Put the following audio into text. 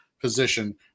position